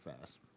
fast